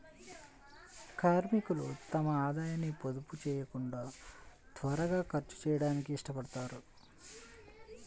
కార్మికులు తమ ఆదాయాన్ని పొదుపు చేయకుండా త్వరగా ఖర్చు చేయడానికి ఇష్టపడతారు